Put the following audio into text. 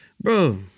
Bro